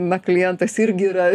na klientas irgi yra